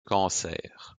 cancer